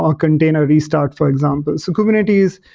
or contain a restart for example. so kubernetes,